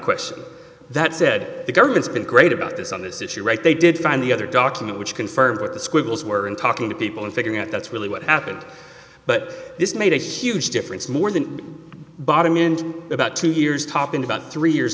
question that said the government's been great about this on this issue right they did find the other document which confirmed what the squiggles were and talking to people and figuring out that's really what happened but this made a huge difference more than bottom in about two years top in about three years